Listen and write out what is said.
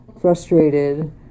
frustrated